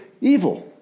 evil